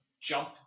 jump